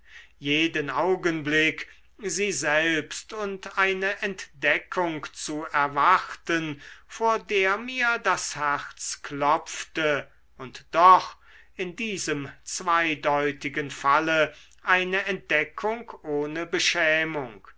jeden augenblick sie selbst und eine entdeckung zu erwarten vor der mir das herz klopfte und doch in diesem zweideutigen falle eine entdeckung ohne beschämung